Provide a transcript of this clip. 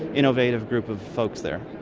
innovative group of folks there.